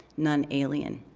none alien,